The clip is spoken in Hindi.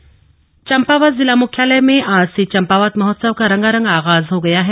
चम्पावत महोत्सव चंपावत जिला मुख्यालय में आज से चम्पावत महोत्सव का रंगारंग आगाज हो गया है